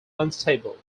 unstable